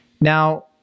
now